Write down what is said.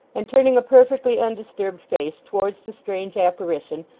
and turning a perfectly undisturbed face towards the strange apparition,